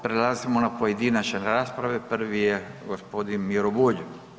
Prelazimo na pojedinačne rasprave, prvi je gospodin Miro Bulj.